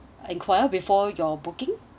inquire before your booking